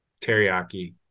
teriyaki